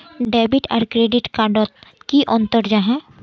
Debit आर credit card डोट की अंतर जाहा?